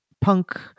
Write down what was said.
punk